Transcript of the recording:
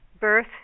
birth